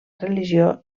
religió